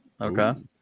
Okay